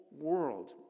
world